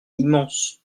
immense